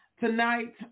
Tonight